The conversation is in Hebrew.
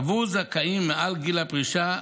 עבור זכאים מעל גיל הפרישה,